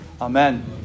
Amen